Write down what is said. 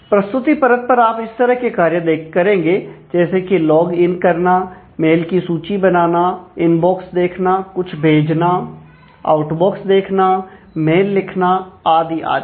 प्रस्तुति परत पर आप इस तरह के कार्य करेंगे जैसे कि लॉगइन करना मेल की सूची बनाना इनबॉक्स देखना कुछ भेजना आउटबॉक्स देखना मेल लिखना आदि आदि